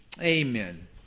Amen